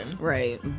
Right